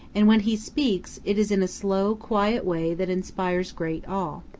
and when he speaks it is in a slow, quiet way that inspires great awe.